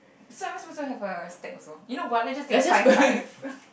so am I supposed to have a stack also you know what let's just take five five